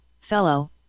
fellow